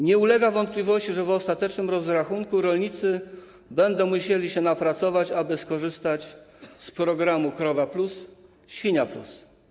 Nie ulega wątpliwości, że w ostatecznym rozrachunku rolnicy będą musieli się napracować, aby skorzystać z programów krowa+, świnia+.